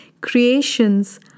creation's